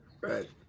Right